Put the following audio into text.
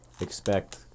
expect